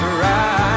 right